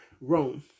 Rome